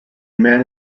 man